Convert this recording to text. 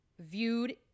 viewed